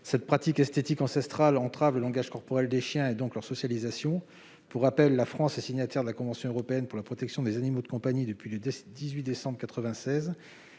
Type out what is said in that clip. Cette pratique esthétique ancestrale entrave le langage corporel des chiens et leur socialisation. La France est signataire de la convention européenne pour la protection des animaux de compagnie depuis le 18 décembre 1996,